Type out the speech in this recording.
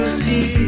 see